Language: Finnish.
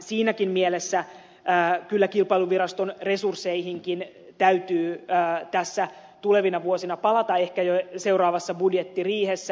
siinäkin mielessä kyllä kilpailuviraston resursseihinkin täytyy tulevina vuosina palata ehkä jo seuraavassa budjettiriihessä